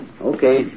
Okay